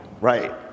Right